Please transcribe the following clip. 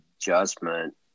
adjustment